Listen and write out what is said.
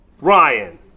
Ryan